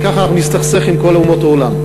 כך אנחנו נסתכסך עם כל אומות העולם,